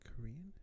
Korean